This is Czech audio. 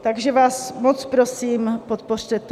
Takže vás moc prosím, podpořte to.